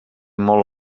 molt